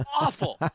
awful